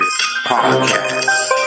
Podcast